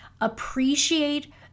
Appreciate